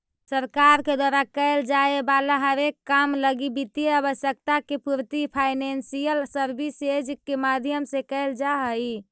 सरकार के द्वारा कैल जाए वाला हरेक काम लगी वित्तीय आवश्यकता के पूर्ति फाइनेंशियल सर्विसेज के माध्यम से कैल जा हई